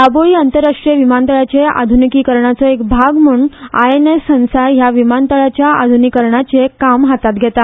दाबोळी आंतरराष्ट्रीय विमानतळाचे आधुनिकीकरणाचो एक भाग म्हूण आयएनएस हंसा ह्या विमानतळाच्या आध्निकीकरणाचें काम हातांत घेता